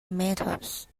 methods